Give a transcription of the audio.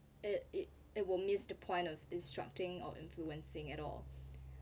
it it it will miss the point of instructing or influencing at all